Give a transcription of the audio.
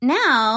now